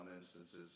instances